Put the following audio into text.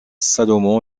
salomon